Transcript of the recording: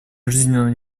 жизненно